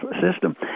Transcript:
system